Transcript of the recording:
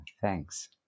Thanks